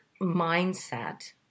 mindset